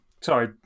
sorry